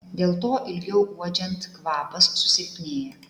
dėl to ilgiau uodžiant kvapas susilpnėja